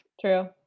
True